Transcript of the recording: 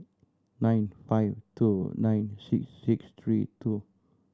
nine five two nine six six three two